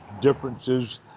differences